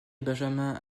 benjamin